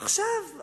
עכשיו,